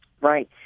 Right